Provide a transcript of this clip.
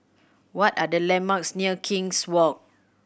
what are the landmarks near King's Walk